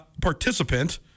participant